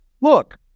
look